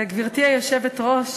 גברתי היושבת-ראש,